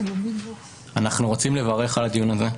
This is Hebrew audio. וצריך להסדיר את זה.